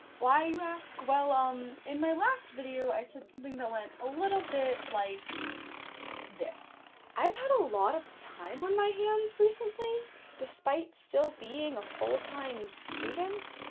why you ask? well, um, in my last video i said something that went a little bit like this i've had a lot of time on my hands. recently despite still being a full-time student?